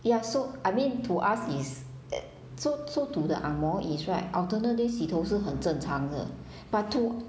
ya so I mean to us is so so to the angmoh is right alternate days 洗头是很正常的 but to